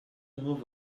move